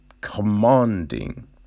commanding